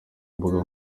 mbuga